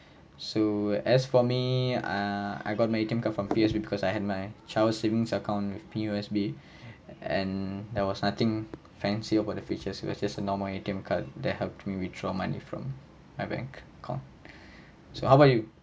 so as for me ah I got my A_T_M card from P_O_S_B because I had my childhood savings account with P_O_S_B and there was nothing fancy about the features it was just a normal A_T_M card that help me withdraw money from my bank account so how about you